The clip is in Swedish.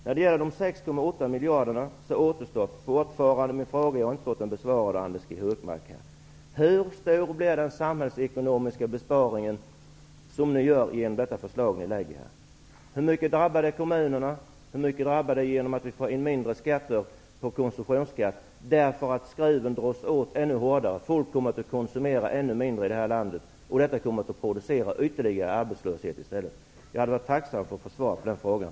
När det gäller de 6,8 miljarder som vi talat om fick jag inte något svar av Anders G Högmark på frågan hur stor den samhällsekonomiska besparingen blir genom ert förslag. Hur mycket drabbar det kommunerna? Hur mycket drabbar det samhällsekonomin genom att vi får in än mindre i skatter, därför att skruvarna dras åt ännu hårdare och folk kommer att konsumera ännu mindre i det här landet. Detta kommer att producera ytterligare arbetslöshet i stället. Jag hade faktiskt varit tacksam för ett svar.